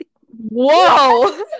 Whoa